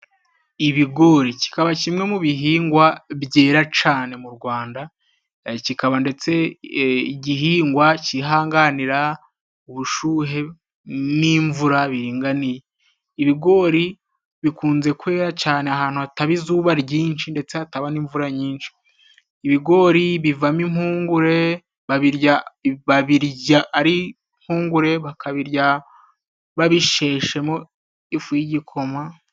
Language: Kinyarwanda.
Ibigori. Kikaba kimwe mu bihingwa byera cane mu Rwanda, kikaba ndetse igihingwa kihanganira ubushuhe n'imvura biringaniye .Ibigori bikunze kwera cyane ahantu hataba izuba ryinshi ndetse hataba n'imvura nyinshi. Ibigori bivamo impungure babirya babirya ari impungure bakabirya babisheshemo ifu y'igikoma.